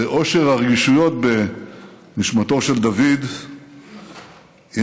ועושר הרגישויות בנשמתו של דוד הניעה